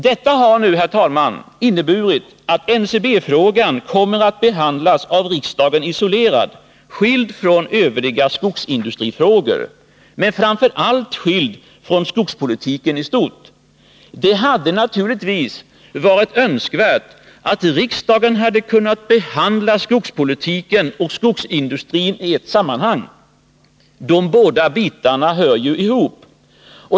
Detta har inneburit, herr talman, att NCB-frågan nu kommer att behandlas av riksdagen isolerad, skild från övriga skogsindustrifrågor, men framför allt skild från skogspolitiken i stort. Det hade naturligtvis varit önskvärt att riksdagen kunnat behandla skogspolitiken och skogsindustrin i ett sammanhang. De båda bitarna hör ju ihop.